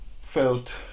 felt